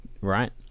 Right